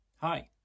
Hi